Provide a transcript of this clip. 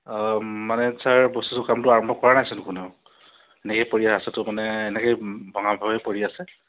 মানে ছাৰ বস্তুটো কামটো আৰম্ভ কৰা নাইচোন কোনেও এনেকৈয়ে পৰি আছে ৰাস্তাতো মানে এনেকৈয়ে ভঙাভাগেই পৰি আছে